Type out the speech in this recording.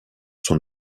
son